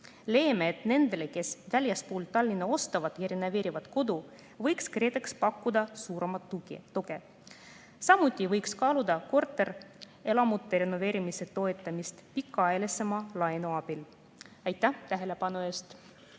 Leiame, et nendele, kes väljaspool Tallinna ostavad ja renoveerivad kodu, võiks KredEx pakkuda suuremat tuge. Samuti võiks kaaluda korterelamute renoveerimise toetamist pikaajalisema laenu abil. Aitäh tähelepanu eest!